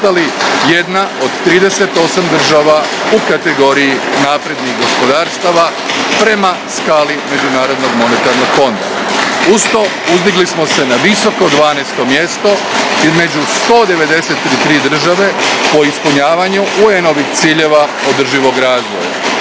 jedna od 38 država u kategoriji naprednih gospodarstava prema skali Međunarodnog monetarnog fonda. Uz to, uzdigli smo se na visoko 12 mjesto među 193 države po ispunjavanju UN-ovih ciljeva održivog razvoja.